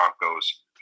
Broncos